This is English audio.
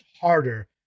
harder